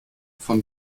von